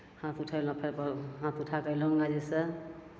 हाथ उठेलहुँ फेर पर हाथ उठाके अएलहुँ गङ्गाजीसे